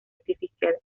artificial